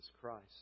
Christ